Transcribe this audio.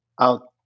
out